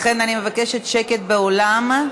לכן, אני מבקשת שקט באולם.